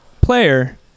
player